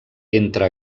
entre